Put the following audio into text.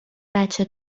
بچه